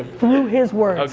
through his words.